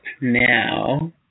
now